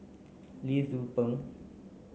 Lee Tzu Pheng